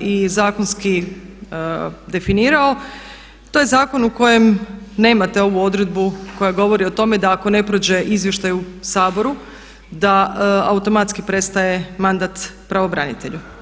i zakonski definirao to je zakon u kojem nemate ovu odredbu koja govori o tome da ako ne prođe izvještaj u Saboru da automatski prestaje mandat pravobranitelju.